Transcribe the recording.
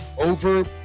over